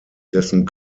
dessen